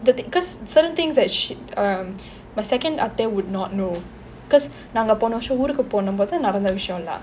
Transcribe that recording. the th~ cause certain things that she um my second அத்தை:atthai would not know cause நாங்க போன வருஷம் ஊருக்கு போன போது நடந்த விஷயமெல்லாம்:naanga pona varusham oorukku pona pothu nadantha vishayamellam